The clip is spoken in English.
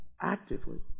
actively